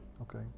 Okay